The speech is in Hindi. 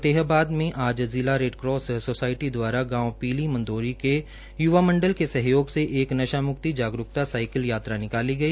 फतेहाबाद में आज जिला रेडक्रास सोसायटी द्वारा गांव पीली मंदोरी के य्वा मंडल के सहयोग से एक नशाम्क्ति जागरूकता साइकिल यात्रा निकाली गई